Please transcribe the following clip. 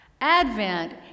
Advent